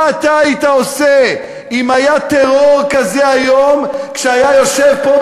מה אתה היית עושה אם היה טרור כזה היום כשהיה יושב פה,